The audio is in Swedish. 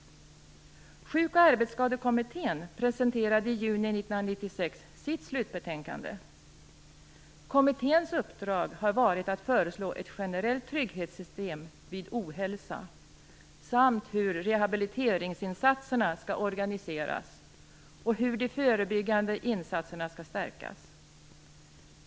Sjuk och arbetsskadekommittén presenterade i juni 1996 sitt slutbetänkande. Kommitténs uppdrag har varit att föreslå ett generellt trygghetssystem vid ohälsa samt hur rehabiliteringsinsatserna skall organiseras och hur de förebyggande insatserna skall stärkas.